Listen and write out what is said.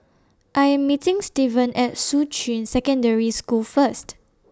I Am meeting Steven At Shuqun Secondary School First